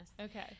Okay